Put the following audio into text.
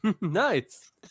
Nice